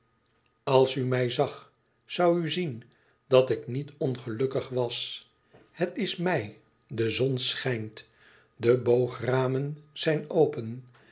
u mij zag zoû u zien dat ik niet ongelukkig was het is mei de zon schijnt de boogramen zijn open